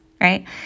right